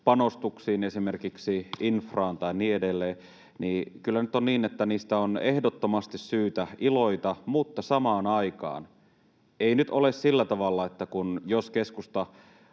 panostuksiin, esimerkiksi infraan tai niin edelleen, niin kyllä nyt on niin, että niistä on ehdottomasti syytä iloita, mutta samaan aikaan ei nyt ole sillä tavalla, että jos keskusta